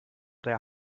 der